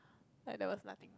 like there was nothing